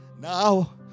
Now